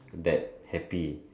that happy